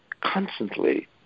constantly